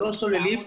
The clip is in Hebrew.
לא שוללים,